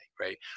right